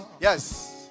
Yes